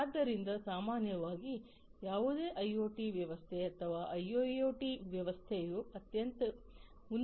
ಆದ್ದರಿಂದ ಸಾಮಾನ್ಯವಾಗಿ ಯಾವುದೇ ಐಒಟಿ ವ್ಯವಸ್ಥೆ ಮತ್ತು ಐಐಒಟಿ ವ್ಯವಸ್ಥೆಯು ಅತ್ಯಂತ ಉನ್ನತ ಮಟ್ಟದಲ್ಲಿ ಕಾರ್ಯನಿರ್ವಹಿಸಲಿದೆ